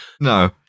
No